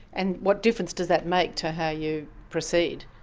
and what difference does that make to how you proceed?